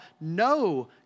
no